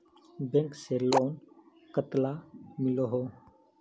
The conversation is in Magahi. बैंक से लोन कतला मिलोहो?